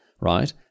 right